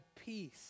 peace